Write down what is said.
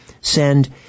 send